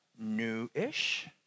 Newish